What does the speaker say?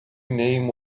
name